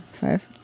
five